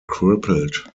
crippled